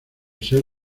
ser